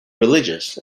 religious